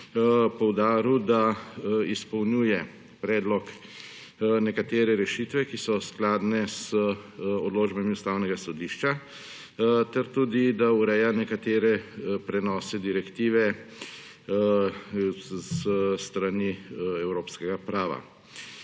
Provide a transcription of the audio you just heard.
poudaril, da izpolnjuje predlog nekatere rešitve, ki so skladne z odločbami Ustavnega sodišča, ter tudi, da ureja nekatere prenose direktive s strani evropskega prava.